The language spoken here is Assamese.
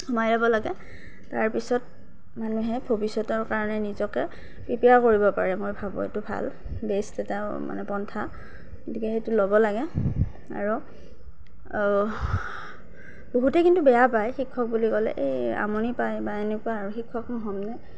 সোমাই ল'ব লাগে তাৰপিছত মানুহে ভৱিষ্যতৰ কাৰণে নিজকে প্ৰিপেয়াৰ কৰিব পাৰে মই ভাবোঁ এইটো ভাল বেষ্ট এটা মানে পন্থা গতিকে সেইটো ল'ব লাগে আৰু বহুতেই কিন্তু বেয়া পায় শিক্ষক বুলি ক'লে এই আমনি পায় বা এনেকুৱা আৰু এই শিক্ষকনো হ'মনে